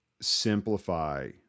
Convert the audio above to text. simplify